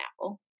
apple